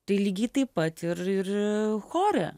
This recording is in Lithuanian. tai lygiai taip pat ir ir chore